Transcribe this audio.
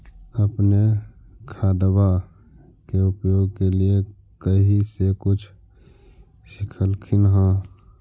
अपने खादबा के उपयोग के लीये कही से कुछ सिखलखिन हाँ?